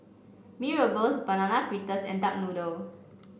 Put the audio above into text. Mee Rebus Banana Fritters and Duck Noodle